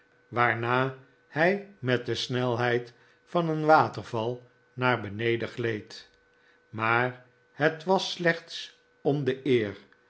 waarna hij met de snelheid van een waterval naar beneden gleed maar het was slechts om de eer